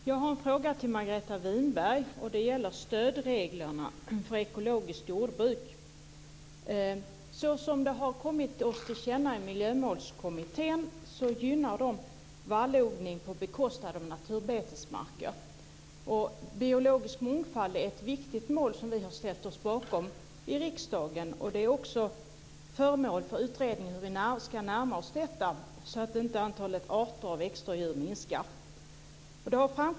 Herr talman! Jag har en fråga till Margareta Winberg. Den gäller stödreglerna för ekologiskt jordbruk. Såsom det har kommit oss till känna i Miljömålskommittén gynnar de vallodling på bekostnad av naturbetesmarker. Biologisk mångfald är ett viktigt mål som vi har ställt oss bakom i riksdagen. Det är också föremål för en utredning hur vi ska närma oss detta så att inte antalet arter av växter och djur minskar.